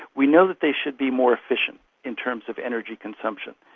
we know that they should be more efficient in terms of energy consumption.